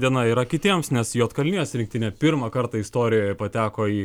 diena yra kitiems nes juodkalnijos rinktinė pirmą kartą istorijoje pateko į